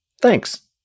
Thanks